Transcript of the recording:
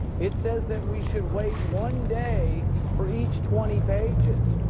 it says that we should wait one day for each twenty pages,